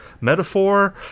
metaphor